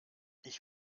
ich